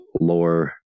lower